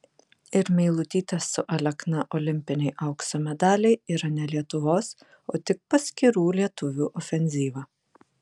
ir meilutytės su alekna olimpiniai aukso medaliai yra ne lietuvos o tik paskirų lietuvių ofenzyva